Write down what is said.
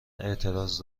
اعتراض